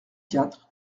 quatre